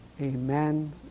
Amen